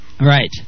Right